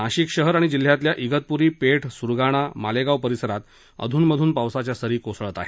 नाशिक शहर आणि जिल्ह्यातल्या इगतप्री पेठ स्रगाणा मालेगाव परिसरात अध्न मध्न पावसाच्या सरी कोसळत आहेत